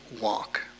walk